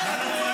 --- אין מחבל